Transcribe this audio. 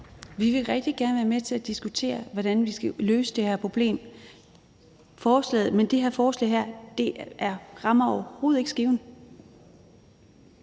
Vi vil rigtig gerne være med til at diskutere, hvordan vi skal løse det her problem. Men det her forslag rammer jo overhovedet ikke skiven.